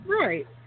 Right